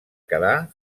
quedar